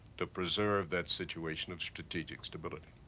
to preserve that situation of strategic stability.